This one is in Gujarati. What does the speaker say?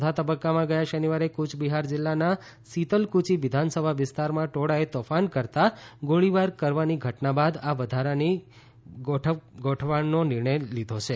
ચોથા તબક્કામાં ગયા શનિવારે કુચ બિહાર જિલ્લાના સીતલકુચી વિધાનસભા વિસ્તારમાં ટોળાએ તોફાન કરતાં ગોળીબાર કરવાની ઘટના બાદ આ વધારાની કુમક ગોઠવવા નિર્ણય લીધો છે